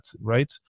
right